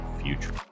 future